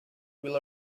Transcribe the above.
will